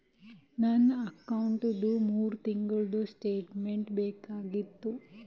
ನನ್ನ ಅಕೌಂಟ್ದು ಮೂರು ತಿಂಗಳದು ಸ್ಟೇಟ್ಮೆಂಟ್ ಬೇಕಾಗಿತ್ತು?